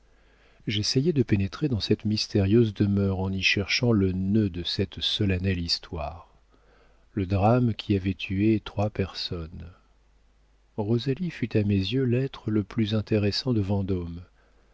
j'essayai de pénétrer dans cette mystérieuse demeure en y cherchant le nœud de cette solennelle histoire le drame qui avait tué trois personnes rosalie fut à mes yeux l'être le plus intéressant de vendôme